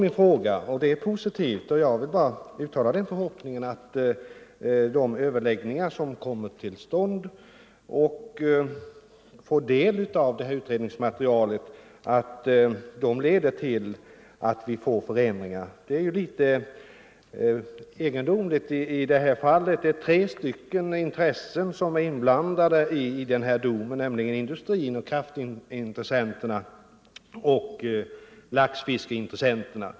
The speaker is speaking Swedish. Nu vill jag bara uttala den förhoppningen att de överläggningar som kommer till stånd när man fått del av utredningsmaterialet skall leda till förändringar. Det här fallet är ju litet egendomligt. Tre intressen är inblandade i domen, nämligen industrin, kraftintressenterna och laxfiskeintressenterna.